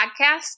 podcast